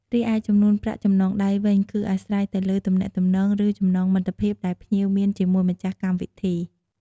រីឯចំនួនប្រាក់ចំណងដៃវិញ គឺអាស្រ័យទៅលើទំនាក់ទំនង ឬ ចំណងមិត្តភាពដែលភ្ញៀវមានជាមួយម្ចាស់កម្មវិធី។